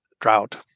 drought